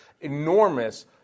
enormous